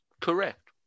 Correct